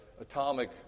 atomic